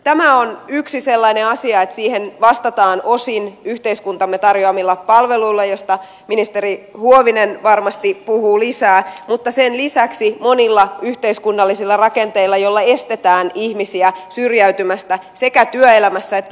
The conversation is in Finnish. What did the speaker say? tämä on yksi sellainen asia johon vastataan osin yhteiskuntamme tarjoamilla palveluilla joista ministeri huovinen varmasti puhuu lisää mutta sen lisäksi monilla yhteiskunnallisilla rakenteilla joilla estetään ihmisiä syrjäytymästä sekä työelämässä että henkilökohtaisessa elämässä